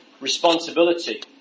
Responsibility